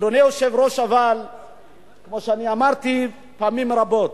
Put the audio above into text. אדוני היושב-ראש, כפי שאמרתי פעמים רבות,